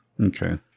okay